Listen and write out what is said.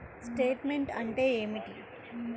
Statement అంటే ఏమిటి?